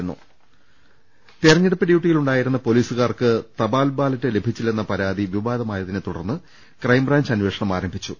്്്്്്് തെരഞ്ഞെടുപ്പ് ഡ്യൂട്ടിയിലുണ്ടായിരുന്ന പൊലീസുകാർക്ക് തപാൽ ബാലറ്റ് ലഭിച്ചില്ലെന്ന പരാതി വിവാദമായതിനെ തുടർന്ന് ക്രൈംബ്രാഞ്ച് അന്വേ ഷണം ആരംഭിച്ചു